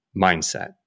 mindset